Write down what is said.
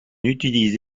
utilise